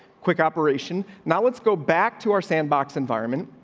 quick operation not. let's go back to our sandbox environment.